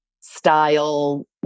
style